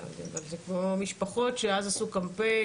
משפחות שאז עשו קמפיין,